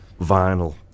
vinyl